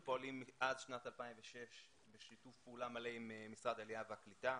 אנחנו פועלים עד שנת 2006 בשיתוף פעולה מלא עם משרד העלייה והקליטה,